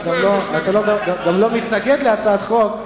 אתה גם לא מתנגד להצעת החוק.